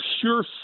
pure